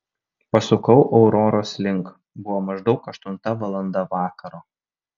pasukau auroros link buvo maždaug aštunta valanda vakaro